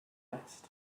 asked